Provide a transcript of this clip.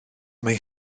mae